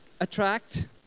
attract